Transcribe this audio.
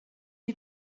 you